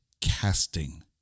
casting